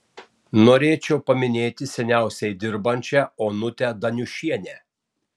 norėčiau paminėti seniausiai dirbančią onutę daniušienę